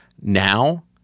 now